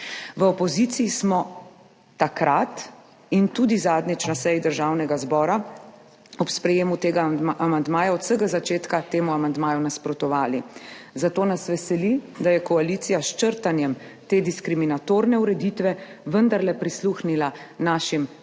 V opoziciji smo takrat in tudi zadnjič na seji Državnega zbora ob sprejetju tega amandmaja, od vsega začetka temu amandmaju nasprotovali, zato nas veseli, da je koalicija s črtanjem te diskriminatorne ureditve vendarle prisluhnila našim prizadevanjem,